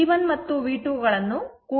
V1 ಮತ್ತು V2 ಗಳನ್ನು ಕೂಡಿಸಲು ಬಯಸುತ್ತೇನೆ